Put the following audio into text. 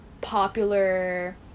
popular